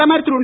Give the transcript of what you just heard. பிரதமர் திரு